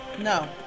No